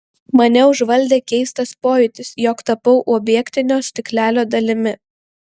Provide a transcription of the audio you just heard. mane užvaldė keistas pojūtis jog tapau objektinio stiklelio dalimi